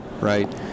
right